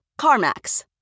CarMax